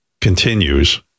continues